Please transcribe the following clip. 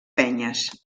penyes